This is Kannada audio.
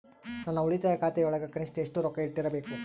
ನನ್ನ ಉಳಿತಾಯ ಖಾತೆಯೊಳಗ ಕನಿಷ್ಟ ಎಷ್ಟು ರೊಕ್ಕ ಇಟ್ಟಿರಬೇಕು?